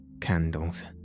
candles